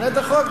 תשנה את החוק.